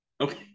Okay